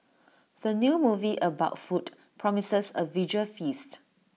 the new movie about food promises A visual feast